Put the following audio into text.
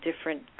different